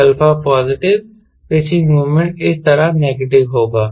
तो α positive pitching moment इस तरह नेगेटिव होगा